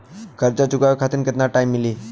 कर्जा चुकावे खातिर केतना टाइम मिली?